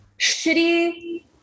shitty